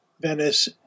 Venice